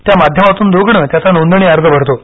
त्या माध्यमातून रुग्ण त्याचा नोंदणी अर्ज भरतो